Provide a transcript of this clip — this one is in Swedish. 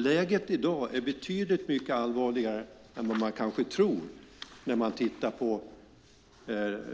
Läget i dag är betydligt mycket allvarligare än vad man kanske tror när man tittar på